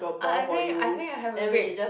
I I think I think I have a vague